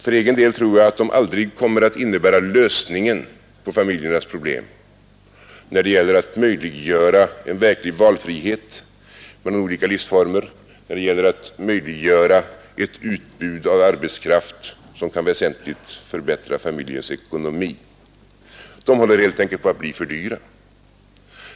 För egen del tror jag att de aldrig kommer att innebära lösningen på familjernas problem när det gäller att möjliggöra en verklig valfrihet mellan olika livsformer och att möjliggöra ett utbud av arbetskraft som kan väsentligt förbättra familjens ekonomi. Daghemmen håller helt enkelt på att bli för dyra.